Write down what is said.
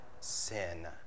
sin